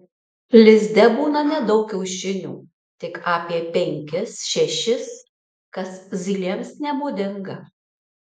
lizde būna nedaug kiaušinių tik apie penkis šešis kas zylėms nebūdinga